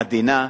עדינה.